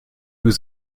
was